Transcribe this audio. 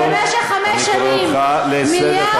אני לא רוצה לקרוא אותך לסדר.